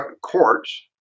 courts